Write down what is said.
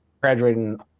graduating